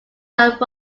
that